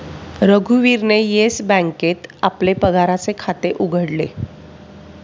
रघुवीरने येस बँकेत आपले पगाराचे खाते उघडले